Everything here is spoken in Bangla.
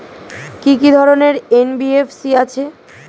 কি কি ধরনের এন.বি.এফ.সি আছে?